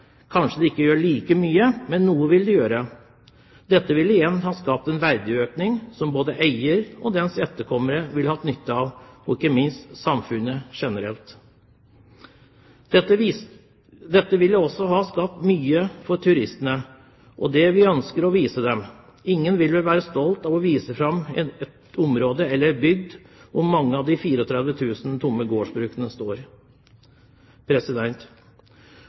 Kanskje gjør man ikke like mye, men noe vil man gjøre. Dette ville igjen ha skapt en verdiøkning som både eier og hans etterkommere ville hatt nytte av, og ikke minst samfunnet generelt. Det ville også gjort mye for turistene, og det vi ønsker å vise dem. Ingen vil vel være stolt av å vise fram et område eller en bygd der mange av de 34 000 tomme gårdsbrukene står.